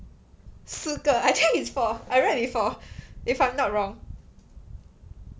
四个 I think is for I read before if I'm not wrong